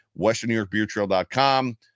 westernnewyorkbeertrail.com